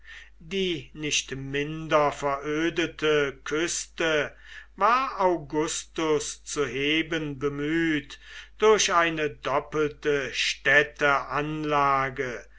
die nicht minder verödete küste war augustus zu heben bemüht durch eine doppelte städteanlage